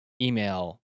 email